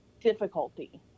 difficulty